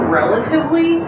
relatively